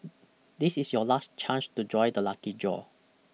this is your last chance to join the lucky draw